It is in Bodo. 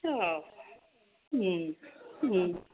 औ